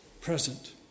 present